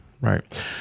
Right